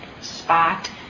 spot